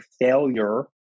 failure